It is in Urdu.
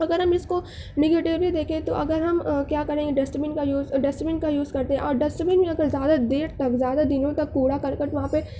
اگر ہم اس کو نگیٹولی دیکھیں تو اگر ہم کیا کریں گے ڈسٹ بین کا یوز ڈسٹ بین کا یوز کرتے اور ڈسٹ بین جو ہے کہ زیادہ دیر تک زیادہ دنوں تک کوڑا کرکٹ وہاں پہ